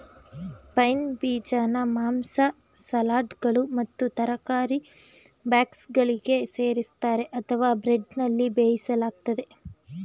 pine ಬೀಜನ ಮಾಂಸ ಸಲಾಡ್ಗಳು ಮತ್ತು ತರಕಾರಿ ಭಕ್ಷ್ಯಗಳಿಗೆ ಸೇರಿಸ್ತರೆ ಅಥವಾ ಬ್ರೆಡ್ನಲ್ಲಿ ಬೇಯಿಸಲಾಗ್ತದೆ